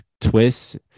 twists